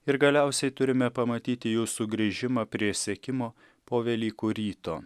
ir galiausiai turime pamatyti jų sugrįžimą prie sekimo po velykų ryto